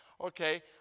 okay